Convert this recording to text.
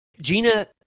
Gina –